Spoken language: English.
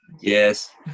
Yes